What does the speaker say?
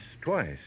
twice